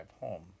home